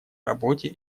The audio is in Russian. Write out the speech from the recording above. работе